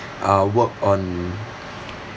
uh work on